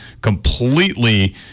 completely